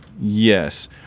Yes